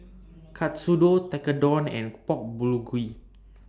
Katsudon Tekkadon and Pork Bulgogi